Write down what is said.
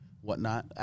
whatnot